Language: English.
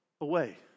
away